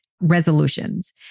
resolutions